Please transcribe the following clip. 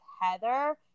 Heather